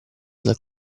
dal